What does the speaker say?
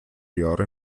jahre